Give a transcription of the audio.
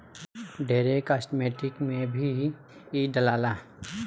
ढेरे कास्मेटिक में भी इ डलाला